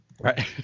Right